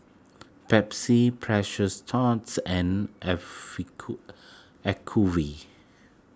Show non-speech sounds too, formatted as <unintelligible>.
Pepsi Precious Thots and <unintelligible> Acuvue